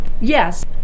Yes